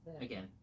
again